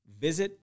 Visit